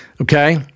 Okay